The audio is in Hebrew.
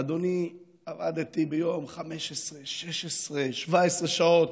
אדוני, עבדתי ביום 15, 16, 17 שעות.